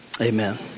amen